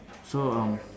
so um